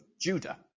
Judah